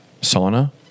sauna